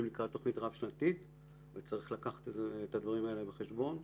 לקראת תוכנית רב-שנתית וצריך לקחת את הדברים האלה בחשבון.